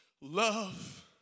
love